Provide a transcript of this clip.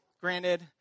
granted